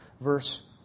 verse